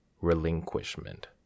relinquishment